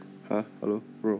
ah hello bro